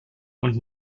und